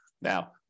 Now